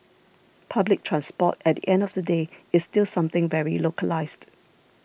public transport at the end of the day is still something very localised